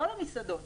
לא למסעדות.